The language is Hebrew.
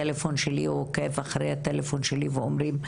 מנהלת המערך המשפטי בויצ"ו,